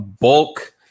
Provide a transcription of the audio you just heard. bulk